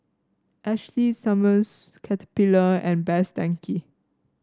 Ashley Summers Caterpillar and Best Denki